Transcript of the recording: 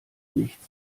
nichts